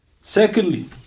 Secondly